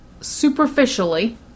superficially